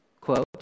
Quote